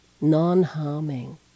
non-harming